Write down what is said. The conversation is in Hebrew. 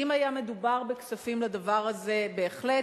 אם היה מדובר בכספים לדבר הזה, בהחלט.